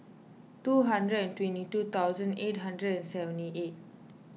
two hundred and twenty two thousand eight hundred and seventy eight